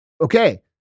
Okay